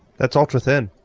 that's ultra-thin.